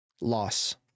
Loss